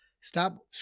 Stop